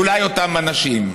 אולי אותם אנשים.